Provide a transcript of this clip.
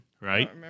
Right